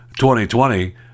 2020